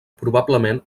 probablement